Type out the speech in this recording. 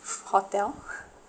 hotel